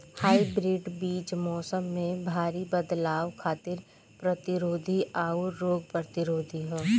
hybrid बीज मौसम में भारी बदलाव खातिर प्रतिरोधी आउर रोग प्रतिरोधी ह